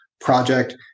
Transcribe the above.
project